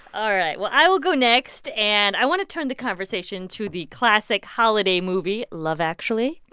all right. well, i will go next. and i want to turn the conversation to the classic holiday movie, love, actually. aw.